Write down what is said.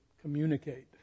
communicate